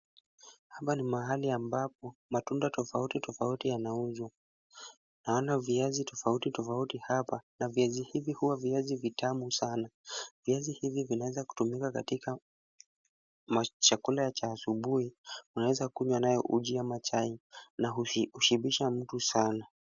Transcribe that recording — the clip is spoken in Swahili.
Hapa ni mahali ambapo matunda tofauti tofauti yanauzwa. Naona viazi tofauti tofauti hapa na viazi hivi huwa viazi vitamu sanaa. Viazi hivi vinaeza kutumika katika ma chakula cha asubui. Unaeza kunywa nayo uji ama chai, na hushibisha sanaa.